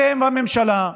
אתם הממשלה,